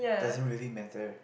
doesn't really matter